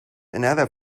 another